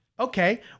Okay